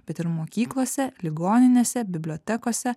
bet ir mokyklose ligoninėse bibliotekose